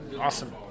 Awesome